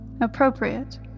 appropriate